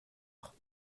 voir